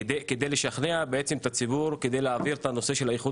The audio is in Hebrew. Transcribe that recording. כדי לשכנע בעצם את הציבור כדי להעביר את הנושא של האיחוד